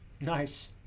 Nice